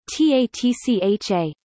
TATCHA